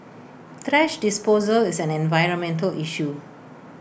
thrash disposal is an environmental issue